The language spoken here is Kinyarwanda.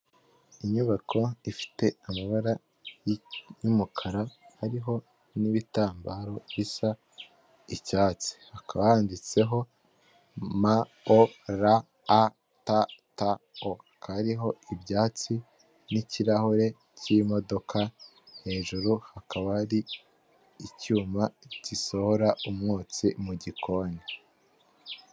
Inyubako ifite amabara y'umukara hariho n'ibitambaro bisa icyatsi hakaba handitseho ma o ra ta ta o, hakaba hariho ibyatsi n'irahure k'imodoka, hejuru hakaba hari icyuma gisohora umwotsi mu gikoni.